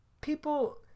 people